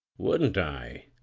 wouldn't i?